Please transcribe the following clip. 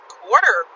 quarter